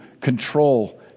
control